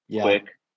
quick